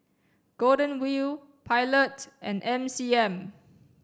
Golden Wheel Pilot and M C M